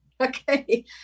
okay